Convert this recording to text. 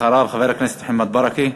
אחריו, חבר הכנסת מוחמד ברכה,